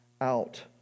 out